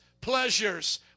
pleasures